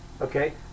Okay